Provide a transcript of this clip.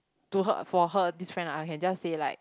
do her a for her this friend I can just say like